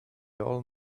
old